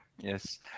Yes